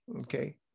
okay